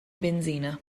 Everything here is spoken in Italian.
benzina